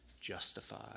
justified